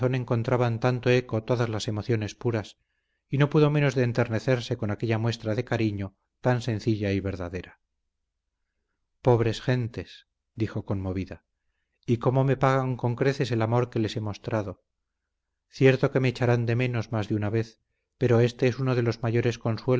corazón encontraban tanto eco todas las emociones puras y no pudo menos de enternecerse con aquella muestra de cariño tan sencilla y verdadera pobres gentes dijo conmovida y cómo me pagan con creces el amor que les he mostrado cierto que me echarán de menos más de una vez pero este es uno de los mayores